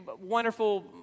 wonderful